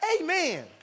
Amen